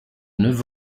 neuf